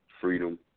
freedom